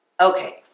Okay